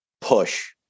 push